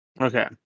okay